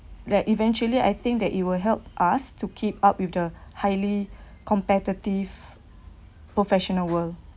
like eventually I think that it will help us to keep up with the highly competitive professional world